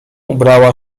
ubrała